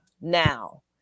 now